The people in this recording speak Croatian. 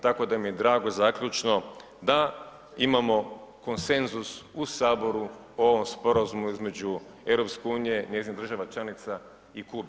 Tako da mi je drago zaključno da imamo konsenzus u Saboru o ovom sporazumu između EU, njezinih država članica i Kube.